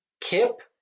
Kip